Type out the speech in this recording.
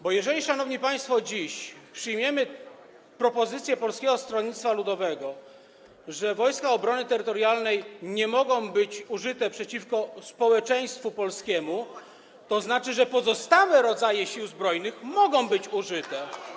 bo jeżeli, szanowni państwo, przyjmiemy dziś propozycję Polskiego Stronnictwa Ludowego, że Wojska Obrony Terytorialnej nie mogą być użyte przeciwko społeczeństwu polskiemu, to będzie to oznaczało, że pozostałe rodzaje Sił Zbrojnych mogą być użyte.